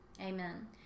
amen